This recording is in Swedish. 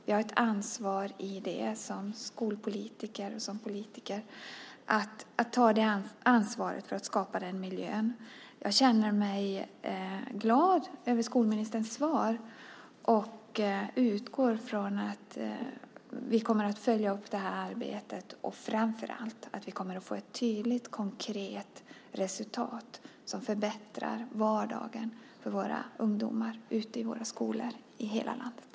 Vi har ett ansvar som skolpolitiker och som politiker att skapa den miljön. Jag känner mig glad över skolministerns svar och utgår från att vi kommer att följa upp arbetet och framför allt kommer att få ett tydligt konkret resultat som förbättrar vardagen för våra ungdomar ute i våra skolor i hela landet.